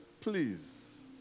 Please